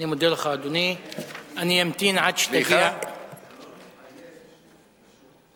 זה לא מחייב.